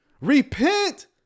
Repent